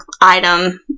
item